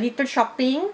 little shopping